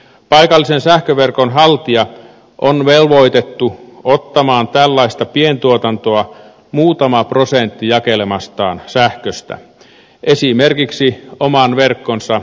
paikallisen sähköverkon haltija on velvoitettu ottamaan tällaista pientuotantoa muutama prosentti jakelemastaan sähköstä esimerkiksi oman verkkonsa verkostohäviöiden verran